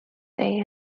day